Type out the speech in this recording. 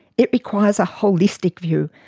it requires a holistic view,